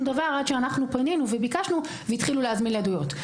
דבר עד שאנחנו פנינו וביקשנו והתחילו להזמין לעדויות.